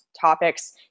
topics